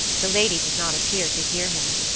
the lady did not appear to hear him,